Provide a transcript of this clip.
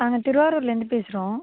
நாங்கள் திருவாரூர்லேருந்து பேசுகிறோம்